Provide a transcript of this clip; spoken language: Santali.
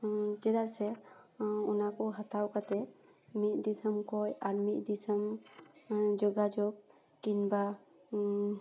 ᱪᱮᱫᱟᱜ ᱥᱮ ᱚᱱᱟ ᱠᱚ ᱦᱟᱛᱟᱣ ᱠᱟᱛᱮ ᱢᱤᱫ ᱫᱤᱥᱚᱢ ᱠᱷᱚᱱ ᱟᱨ ᱢᱤᱫ ᱫᱤᱥᱚᱢ ᱡᱳᱜᱟᱡᱳᱜ ᱠᱤᱢᱵᱟ